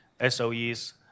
SOEs